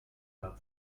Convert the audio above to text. not